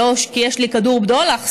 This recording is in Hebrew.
לא כי יש לי כדור בדולח,